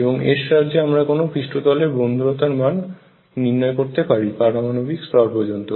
এবং এর সাহায্যে আমরা কোন পৃষ্ঠতলের বন্ধুরতার মান নির্ণয় করতে পারি পারমানবিক স্তর পর্যন্ত